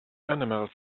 animals